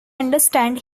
understand